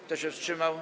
Kto się wstrzymał?